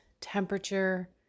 temperature